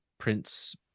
prince